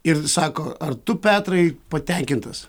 ir sako ar tu petrai patenkintas